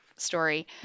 story